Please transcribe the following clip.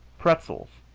pretzels,